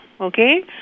okay